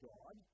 God